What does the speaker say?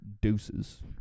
Deuces